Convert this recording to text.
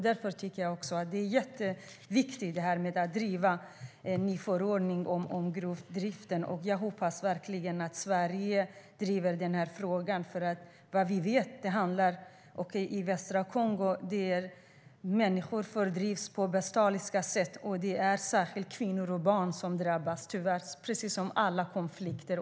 Därför är det viktigt att driva frågan om en ny förordning om gruvdriften, och jag hoppas verkligen att Sverige driver den frågan. I östra Kongo fördrivs människorna på ett bestialiskt sätt, och det är särskilt kvinnorna och barnen som drabbas. Så är det i alla konflikter.